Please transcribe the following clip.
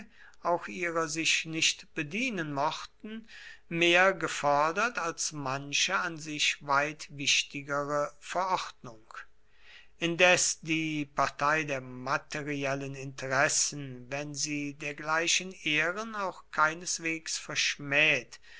auch ihrer sich nicht bedienen mochten mehr gefördert als manche an sich weit wichtigere verordnung indes die partei der materiellen interessen wenn sie dergleichen ehren auch keineswegs verschmäht